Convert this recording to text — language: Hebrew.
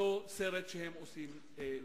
אותו סרט שהם עושים לנו.